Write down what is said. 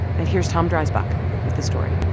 and here's tom dreisbach with the story